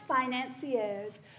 financiers